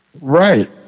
Right